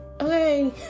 Okay